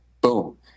Boom